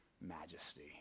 majesty